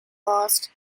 lost